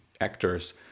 actors